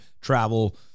travel